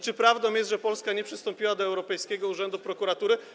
Czy prawdą jest, że Polska nie przystąpiła do europejskiego urzędu prokuratury?